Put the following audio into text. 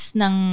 ng